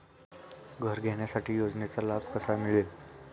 घर घेण्यासाठी योजनेचा लाभ कसा मिळेल?